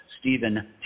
Stephen